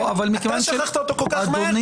אתה שכחת אותו כל כך מהר,